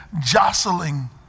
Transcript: jostling